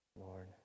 Lord